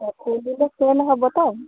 ଆଉ ଖୋଲିଲେ ସେଲ୍ ହବ ତ